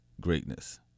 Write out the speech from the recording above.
greatness